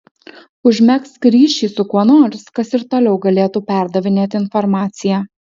užmegzk ryšį su kuo nors kas ir toliau galėtų perdavinėti informaciją